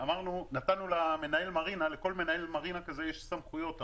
נתנו למנהל המרינה לכל מנהל מרינה כזה יש סמכויות.